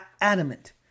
adamant